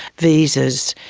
visas,